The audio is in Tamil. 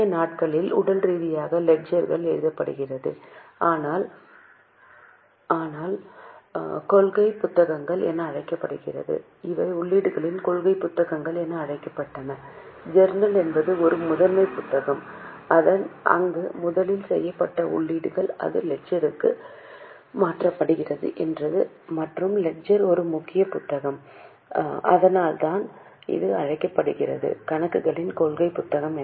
பழைய நாட்களில் கைகளில் லெட்ஜர்கள் எழுதப்பட்டிருந்தன அவை உள்ளீடுகளின் கொள்கை புத்தகங்கள் என அழைக்கப்பட்டன ஜர்னல் என்பது ஒரு முதன்மை புத்தகம் அங்கு முதலில் செய்யப்பட்ட உள்ளீடுகள் அது லெட்ஜர் க்கு மாற்றப்படுகிறது மற்றும் லெட்ஜர் ஒரு முக்கிய புத்தகம் அதனால்தான் இது அழைக்கப்படுகிறது கணக்குகளின் கொள்கை புத்தகம்